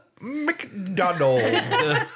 McDonald